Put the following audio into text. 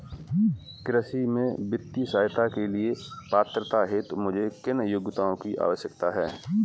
कृषि में वित्तीय सहायता के लिए पात्रता हेतु मुझे किन योग्यताओं की आवश्यकता है?